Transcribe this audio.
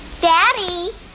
Daddy